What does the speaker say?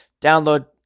Download